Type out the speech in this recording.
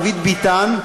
דוד ביטן,